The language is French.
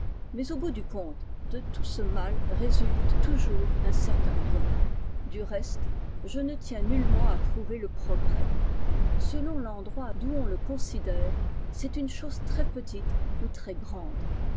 mais au bout du compte de tout ce mal résulte toujourf un certain bien du reste je ne tiens nullement à prouver le progrès selon l'endroit d'où on le considère c'est une chose très petite ou très grande